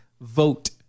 vote